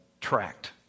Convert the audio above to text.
tracked